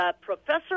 Professor